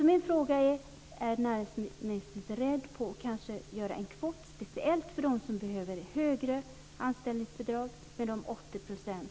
Min fråga är: Är näringsministern beredd att kanske göra en kvot speciellt för dem som kanske behöver ett högre anställningsbidrag med 80 %?